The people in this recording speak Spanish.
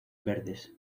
verdes